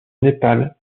népal